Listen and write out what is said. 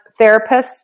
therapists